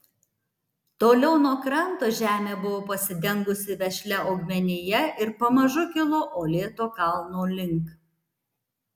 toliau nuo kranto žemė buvo pasidengusi vešlia augmenija ir pamažu kilo uolėto kalno link